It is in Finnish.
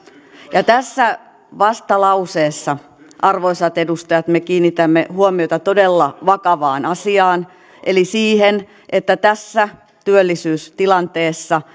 tässä vastalauseessa arvoisat edustajat me kiinnitämme huomiota todella vakavaan asiaan eli siihen että tässä työllisyystilanteessa